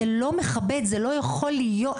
זה לא מכבד, זה לא יכול להיות.